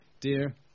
Dear